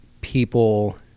people